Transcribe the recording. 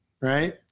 Right